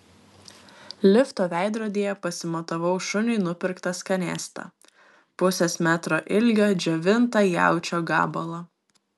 lifto veidrodyje pasimatavau šuniui nupirktą skanėstą pusės metro ilgio džiovintą jaučio gabalą